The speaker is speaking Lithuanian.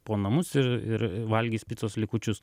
po namus ir ir valgys picos likučius